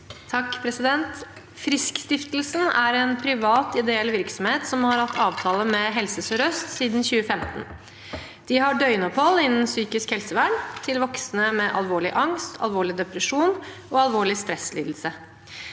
(H) Friskstiftelsen er en privat ideell virksomhet som har hatt avtale med Helse sør-øst siden 2015. De har døgnopphold innen psykisk helsevern for voksne med alvorlig angst, alvorlig depresjon og alvorlig stresslidelse.